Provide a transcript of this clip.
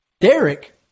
Derek